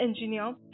engineer